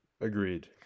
Agreed